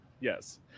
Yes